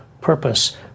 purpose